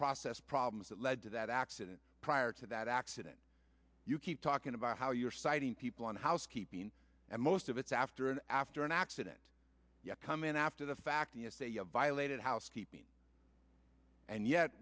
process problems that led to that accident prior to that accident you keep talking about how you're citing people on housekeeping and most of it's after an after an accident come in after the fact that you have violated housekeeping and yet